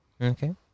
Okay